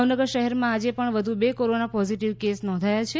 ભાવનગર શહેરમાં આજે પણ વધુ બે કોરોના પોઝીટીવ કેસ નોંધાયા છે